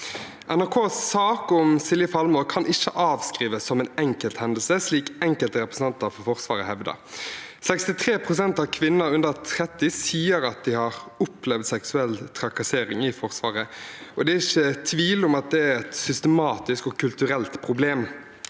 NRKs sak om Silje Falmår kan ikke avskrives som en enkelthendelse, slik enkelte representanter for Forsvaret hevder. 63 pst. av kvinner under 30 år sier at de har opplevd seksuell trakassering i Forsvaret, og det er ikke tvil om at det er et systematisk og kulturelt problem.